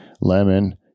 lemon